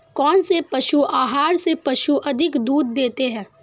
कौनसे पशु आहार से पशु अधिक दूध देते हैं?